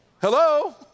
Hello